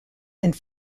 and